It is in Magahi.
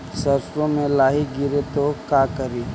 सरसो मे लाहि गिरे तो का करि?